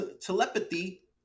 telepathy